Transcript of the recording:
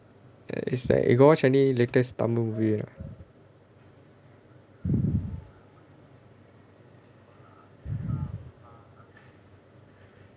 it's like you got watch any latest tamil movie ah